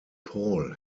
paul